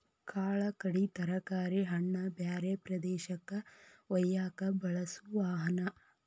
ಕಾಳ ಕಡಿ ತರಕಾರಿ ಹಣ್ಣ ಬ್ಯಾರೆ ಪ್ರದೇಶಕ್ಕ ವಯ್ಯಾಕ ಬಳಸು ವಾಹನಾ